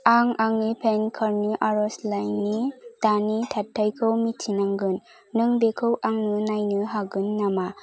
आं आंनि PAN card नि आरजलाइनि दानि थाथायखौ मिन्थिनांगोन नों बेखौ आंनो नायनो हागोन नामा